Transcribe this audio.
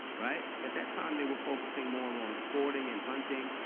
right? at that time, they were focusing more on sporting and hunting,